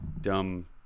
dumb